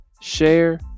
share